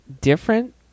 different